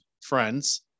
friends